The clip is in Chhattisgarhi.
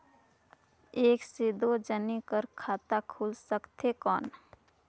एक से दो जने कर खाता खुल सकथे कौन?